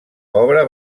obra